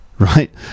right